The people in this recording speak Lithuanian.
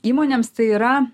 įmonėms tai yra